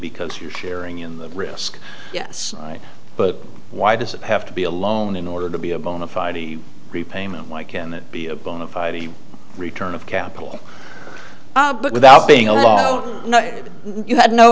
because you're sharing in the risk yes but why does it have to be alone in order to be a bona fide repayment why can't it be a bona fide a return of capital but without being a low no you had no